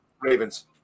Ravens